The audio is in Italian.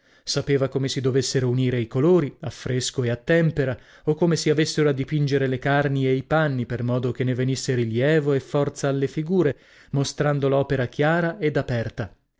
sapeva come si dovessero unire i colori a fresco e a tempera o come si avessero a dipingere le carni e i panni per modo che ne venisse rilievo e forza alle figure mostrando l'opera chiara ed aperta